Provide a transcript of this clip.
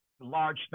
large